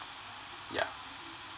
yeah